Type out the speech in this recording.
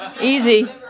Easy